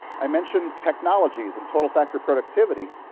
i mentioned technologies and total factor productivity.